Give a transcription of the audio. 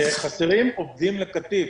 וחסרים עובדים לקטיף.